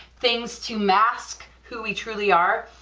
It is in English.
things to mask who we truly are,